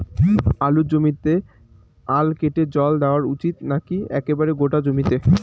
আলুর জমিতে আল কেটে জল দেওয়া উচিৎ নাকি একেবারে গোটা জমিতে?